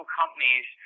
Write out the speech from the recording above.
companies